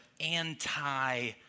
anti